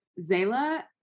Zayla